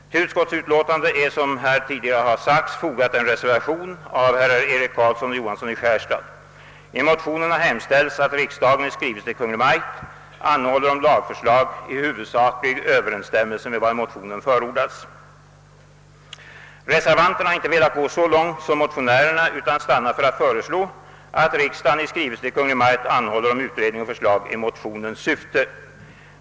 Till utskottsutlåtandet är, såsom tidigare nämnts, fogad en reservation av herrar Eric Carlsson och Johansson i Skärstad. I motionsyrkandet har hemställts, att riksdagen i skrivelse till Kungl. Maj:t anhåller om lagförslag i huvudsaklig överensstämmelse med vad motionärerna förordat. Reservanterna har inte velat gå så långt som motionärerna utan stannat vid att föreslå att riksdagen i skrivelse till Kungl. Maj:t måtte anhålla om utredning och förslag i motionens syfte.